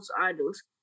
idols